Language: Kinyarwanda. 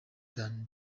than